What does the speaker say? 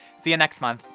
see you next month!